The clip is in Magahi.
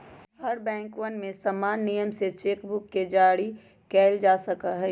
हर बैंकवन में समान नियम से चेक बुक के जारी कइल जा सका हई